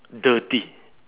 dirty